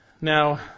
Now